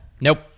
Nope